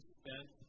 spent